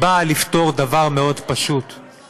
באה לפתור דבר פשוט מאוד.